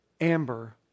Amber